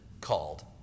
called